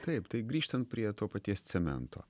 taip tai grįžtant prie to paties cemento